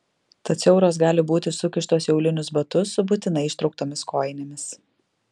tad siauros gali būti sukištos į aulinius batus su būtinai ištrauktomis kojinėmis